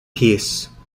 peace